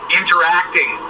interacting